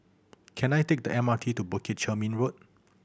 can I take the M R T to Bukit Chermin Road